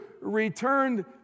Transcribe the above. returned